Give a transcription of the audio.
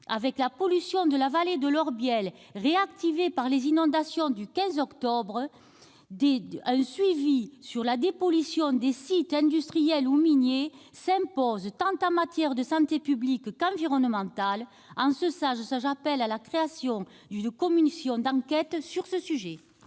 de la pollution de la vallée de l'Orbiel par les inondations du 15 octobre 2018, un suivi de la dépollution des sites industriels ou miniers s'impose, en matière de santé tant publique qu'environnementale. J'appelle à la création d'une commission d'enquête sur ce sujet.